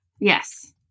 Yes